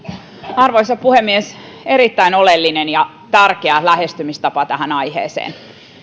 arvoisa puhemies erittäin oleellinen ja tärkeä lähestymistapa tähän aiheeseen